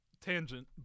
tangent